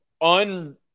un